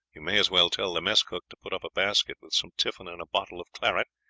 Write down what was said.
you may as well tell the mess cook to put up a basket with some tiffin and a bottle of claret,